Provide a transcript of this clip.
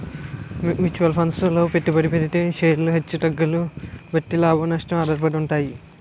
mutual funds లో పెట్టుబడి పెడితే షేర్లు హెచ్చు తగ్గుల బట్టి లాభం, నష్టం ఆధారపడి ఉంటాయి